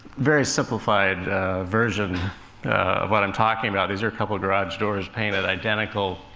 very simplified version of what i'm talking about. these are a couple of garage doors painted identical,